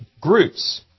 groups